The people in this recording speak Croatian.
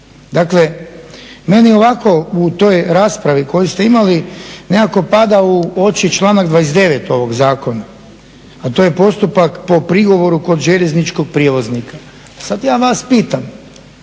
Dakle, meni ovako u toj raspravi koju ste imali nekako pada u oči članak 29. ovog zakona, a to je postupak po prigovor kod željezničkog prijevoznika. Sad ja vas pitam